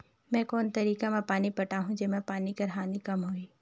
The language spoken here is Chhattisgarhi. मैं कोन तरीका म पानी पटाहूं जेमा पानी कर हानि कम होही?